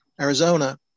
Arizona